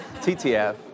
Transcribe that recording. TTF